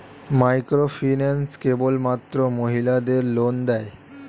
Microfinance কেবলমাত্র মহিলাদের loan দেয়?